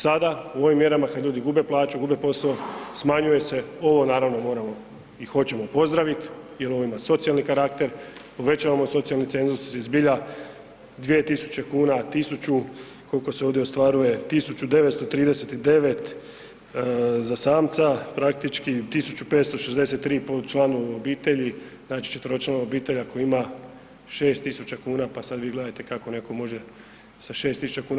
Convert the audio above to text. Sada u ovim mjerama kada ljudi gube plaću, gube posao, smanjuje se, ovo naravno moramo i hoćemo pozdraviti jel ovo ima socijalni karakter, povećavam socijalni cenzus i zbilja 2.000 kuna 1.000 koliko se ovdje ostvaruje 1.939 za samca praktički, 1.563 po članu obitelji znači četveročlana obitelj ako ima 6.000 kuna pa sada vi gledajte kako neko može sa 6.000 kuna.